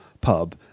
pub